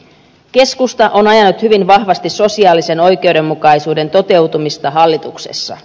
keskusta on ajanut hyvin vahvasti sosiaalisen oikeudenmukaisuuden toteutumista hallituksessa